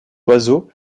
oiseau